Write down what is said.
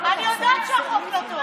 אני אעבור איתך סעיף-סעיף,